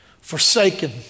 Forsaken